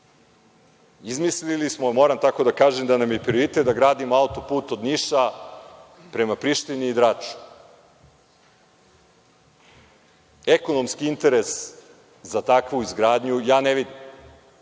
Izmislili smo, moram tako da kažem, da nam je prioritet da gradimo autoput od Niša prema Prištini i Draču. Ekonomski interes za takvu izgradnju ja ne vidim.